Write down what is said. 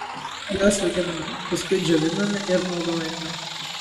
seniai žoleles auginame paskui džioviname ir naudojame